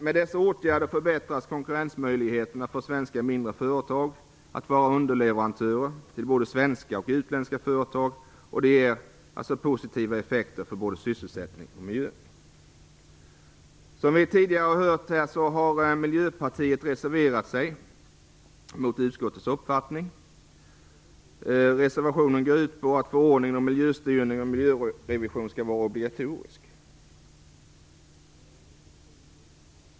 Med dessa åtgärder förbättras konkurrensmöjligheterna för mindre svenska företag att vara underleverantörer till både svenska och utländska företag. Det ger positiva effekter för både sysselsättning och miljö. Som vi tidigare har hört har Miljöpartiet reserverat sig mot utskottets uppfattning. Reservationen går ut på att förordningen om miljöstyrning och miljörevision skall vara obligatorisk.